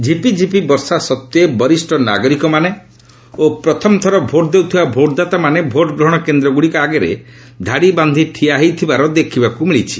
ଝିପି ଝିପି ବର୍ଷା ସତ୍ତ୍ୱେ ବରିଷ୍ଠ ନାଗରିକମାନେ ଓ ପ୍ରଥମଥର ଭୋଟ୍ ଦେଉଥିବା ଭୋଟଦାତାମାନେ ଭୋଟଗ୍ରହଣ କେନ୍ଦ୍ରଗୁଡ଼ିକ ଆଗରେ ଧାଡ଼ିବାନ୍ଧି ଠିଆ ହୋଇଥିବାର ଦେଖିବାକୁ ମିଳିଛି